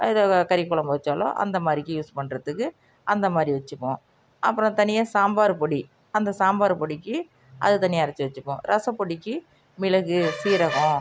இதை கறி குழம்பு வைச்சாலோ அந்த மாதிரிக்கி யூஸ் பண்ணுறதுக்கு அந்த மாதிரி வச்சுப்போம் அப்புறம் தனியா சாம்பார் பொடி அந்த சாம்பார் பொடிக்கு அது தனியாக அரச்சு வச்சுப்போம் ரசப்பொடிக்கு மிளகு சீரகம்